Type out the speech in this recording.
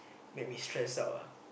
make me stressed out ah